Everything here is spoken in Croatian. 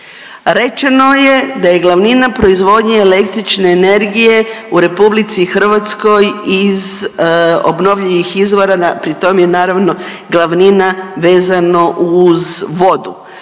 Rečeno je da je glavnina proizvodnje električne energije u Republici Hrvatskoj iz obnovljivih izvora, pri tom je naravno glavnina vezano uz vodu.